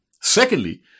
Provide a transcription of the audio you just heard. Secondly